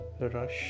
Rush